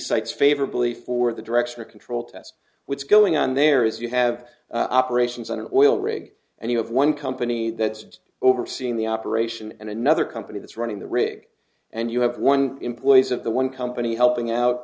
cites favorably for the directional control test which is going on there is you have operations on an oil rig and you have one company that's just overseeing the operation and another company that's running the rig and you have one employees of the one company helping out